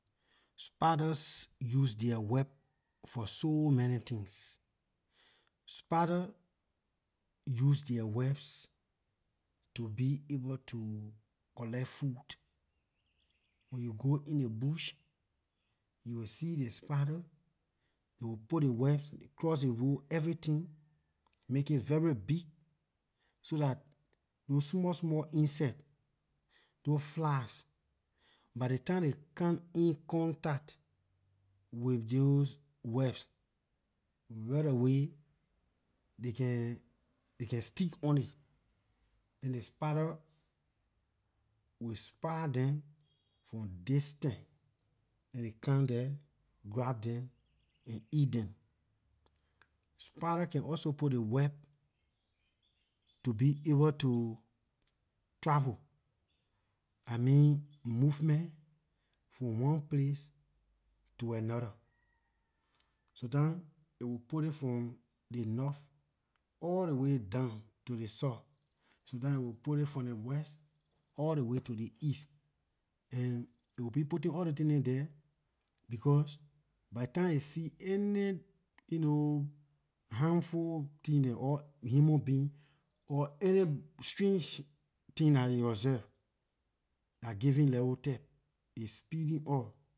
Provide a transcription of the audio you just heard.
Spiders use their web for so many things. Spider use their webs to be able to collect food. Wen you go in ley bush you will see ley spider it will put ley webs across ley road everything make it very big so that those small small insects, those flies, by ley time they come in contact with those webs, right away they can- they can stick on it then ley spider will spy them from distance and it come there grab them and eat them. Spy can also put ley web to be able to travel I mean movement from one place to another sometimes it will put it from the north or all ley way down to ley south sometimes it will put from the west all ley way to ley east and it will be putting all those things nehn there because by ley time it see any you know harmful things dem or human being or any strange thing dah it observed. Dah giving level type it speeding out